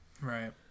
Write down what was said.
Right